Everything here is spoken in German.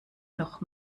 noch